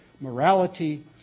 morality